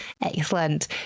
Excellent